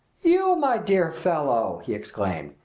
you, my dear fellow! he exclaimed.